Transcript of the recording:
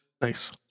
Thanks